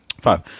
five